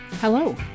Hello